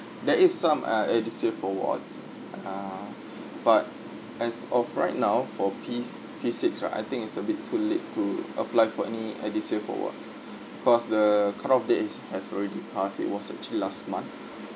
there is some ah edusave awards ah but as of right now for P s~ P six right I think it's a bit too late to apply for any edusave awards because the cutoff date is has already passed it was actually last month